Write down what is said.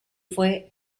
fue